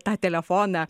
tą telefoną